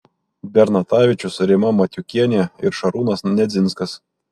bernatavičius rima matiukienė ir šarūnas nedzinskas